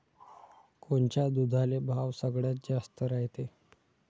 कोनच्या दुधाले भाव सगळ्यात जास्त रायते?